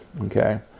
okay